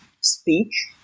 speech